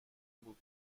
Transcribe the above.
بود